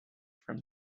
from